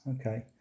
okay